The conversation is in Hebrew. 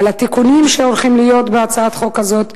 על התיקונים שהולכים להיות בהצעת החוק הזאת,